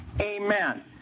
Amen